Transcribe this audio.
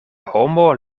homo